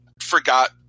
forgot